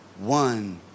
One